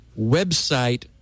website